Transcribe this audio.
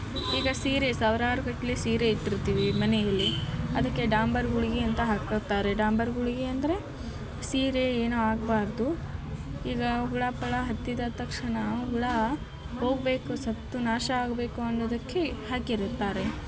ಈಗ ಸೀರೆ ಸಾವಿರಾರುಗಟ್ಲೆ ಸೀರೆ ಇಟ್ಬಿರ್ತೀವಿ ಮನೆಯಲ್ಲಿ ಅದಕ್ಕೆ ಡಾಂಬರು ಗುಳಿಗೆ ಅಂತ ಹಾಕ್ಕೊತ್ತಾರೆ ಡಾಂಬರು ಗುಳಿಗೆ ಅಂದರೆ ಸೀರೆ ಏನೂ ಆಗಬಾರ್ದು ಈಗ ಹುಳ ಪಳ ಹತ್ತಿದ ತಕ್ಷಣ ಹುಳ ಹೋಗಬೇಕು ಸತ್ತು ನಾಶ ಆಗಬೇಕು ಅನ್ನುದಕ್ಕೆ ಹಾಕಿರುತ್ತಾರೆ